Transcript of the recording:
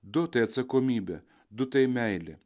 du tai atsakomybė du tai meilė